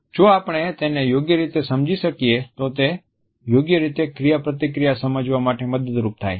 જો આપણે તેને યોગ્ય રીતે સમજી શકીએ તો તે યોગ્ય રીતે ક્રિયાપ્રતિક્રિયા સમજવા માટે મદદરૂપ થાય છે